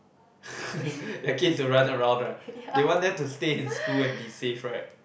their kid to run around right they want them to stay in school and be safe right